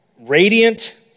radiant